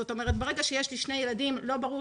זאת אומרת שברגע שיש לי שני ילדים, לא ברור